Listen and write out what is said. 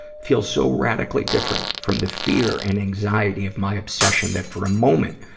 feels so radically different from the fear and anxiety of my obsession that for a moment,